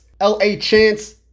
L-A-Chance